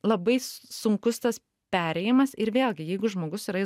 labai sunkus tas perėjimas ir vėlgi jeigu žmogus yra